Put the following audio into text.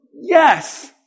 Yes